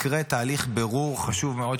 יקרה תהליך בירור חשוב מאוד,